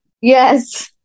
yes